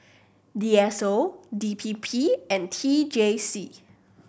D S O D P P and T J C